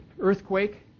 earthquake